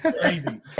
crazy